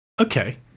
Okay